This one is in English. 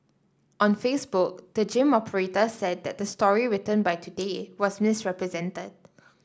on Facebook the gym operator said that the story written by Today was misrepresented